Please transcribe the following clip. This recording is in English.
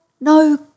no